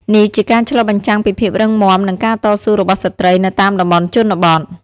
នេះជាការឆ្លុះបញ្ចាំងពីភាពរឹងមាំនិងការតស៊ូរបស់ស្ត្រីនៅតាមតំបន់ជនបទ។